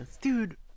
Dude